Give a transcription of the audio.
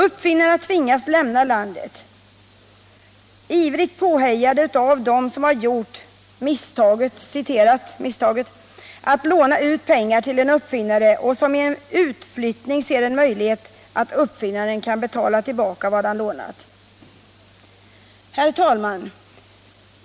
Uppfinnare tvingas lämna landet, ivrigt påhejade av dem som gjort ”misstaget” att låna ut pengar till någon uppfinnare och som vid en utflyttning ser en möjlighet att uppfinnaren kan betala tillbaka vad han lånat. Herr talman!